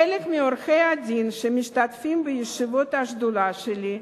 חלק מעורכי-הדין שמשתתפים בישיבות השדולה שלי,